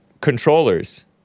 controllers